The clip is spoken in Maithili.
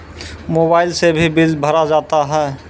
मोबाइल से भी बिल भरा जाता हैं?